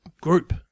group